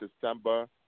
December